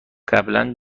قبلا